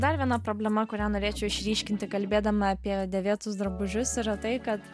dar viena problema kurią norėčiau išryškinti kalbėdama apie dėvėtus drabužius yra tai kad